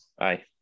Aye